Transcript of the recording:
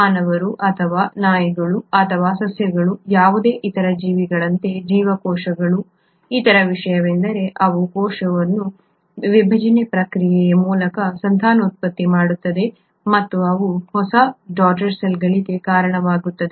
ಮಾನವರು ಅಥವಾ ನಾಯಿಗಳು ಅಥವಾ ಸಸ್ಯಗಳು ಯಾವುದೇ ಇತರ ಜೀವಿಗಳಂತೆ ಜೀವಕೋಶಗಳ ಇತರ ವಿಷಯವೆಂದರೆ ಅವು ಕೋಶ ವಿಭಜನೆಯ ಪ್ರಕ್ರಿಯೆಯ ಮೂಲಕ ಸಂತಾನೋತ್ಪತ್ತಿ ಮಾಡುತ್ತವೆ ಮತ್ತು ಅವು ಹೊಸ ಡಾಟರ್ ಸೆಲ್ಗಳಿಗೆ ಕಾರಣವಾಗುತ್ತವೆ